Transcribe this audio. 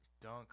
dunk